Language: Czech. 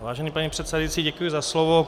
Vážený pane předsedající, děkuji za slovo.